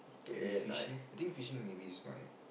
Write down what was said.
maybe fishing I think fishing maybe is my